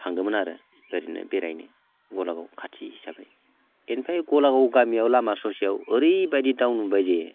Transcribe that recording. थांदोंमोन आरो ओरैनो बेरायनो गलागाव खाथि हिसाबै इनिफ्राय गलागाव गामियाव लामा ससेयाव ओरैबायदि दाउ नुबायजे